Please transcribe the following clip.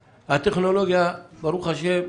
הטכנולוגיה, ברוך השם,